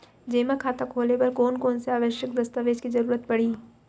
जेमा खाता खोले बर कोन कोन से आवश्यक दस्तावेज के जरूरत परही?